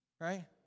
right